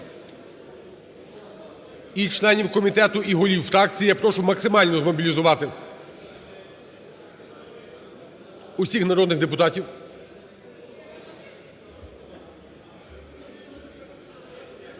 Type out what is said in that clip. І членів комітету, і голів фракцій я прошу максимально змобілізувати усіх народних депутатів.